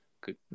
Good